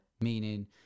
meaning